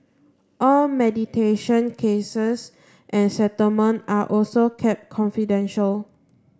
all mediation cases and settlement are also kept confidential